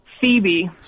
Phoebe